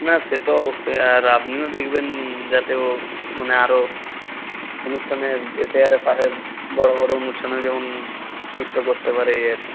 না সে তো অবশ্যই আর আপনিও দেখবেন যাতে ও মানে আরও অনুষ্ঠানে যেতে আর পারে বড়ো বড়ো অনুষ্ঠানে যেমন নিত্য করতে পারে এই আর কি